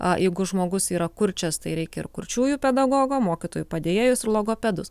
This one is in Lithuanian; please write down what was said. a jeigu žmogus yra kurčias tai reikia ir kurčiųjų pedagogo mokytojų padėjėjus ir logopedus